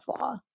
Law